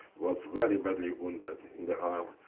was very badly wounded in the arm.